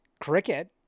Cricket